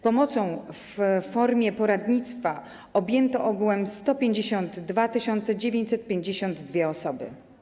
Pomocą w formie poradnictwa objęto ogółem 152 952 osoby.